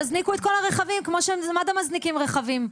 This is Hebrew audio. תזניקו את כל הרכבים כמו שמד"א מזניקים רכבים.